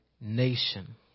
nation